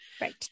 right